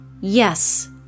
Yes